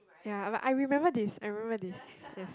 ya but I remember this I remember this yes